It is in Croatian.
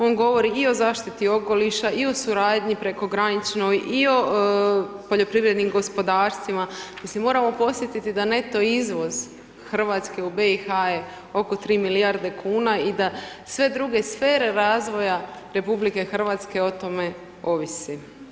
On govori i o zaštiti okoliša i o suradnji prekograničnoj i o poljoprivrednim gospodarstvima, mislim, moramo podsjetiti da neto izvoz Hrvatske u BiH je oko 3 milijarde kuna i da sve druge sfere razvoja RH o tome ovisi.